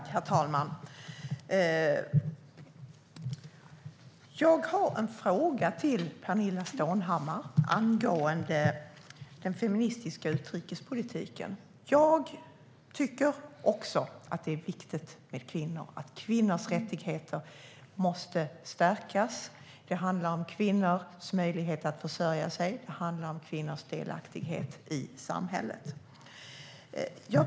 Herr talman! Jag har en fråga till Pernilla Stålhammar angående den feministiska utrikespolitiken. Jag tycker också att det är viktigt att kvinnors rättigheter stärks. Det handlar om kvinnors möjlighet att försörja sig och om kvinnors delaktighet i samhället.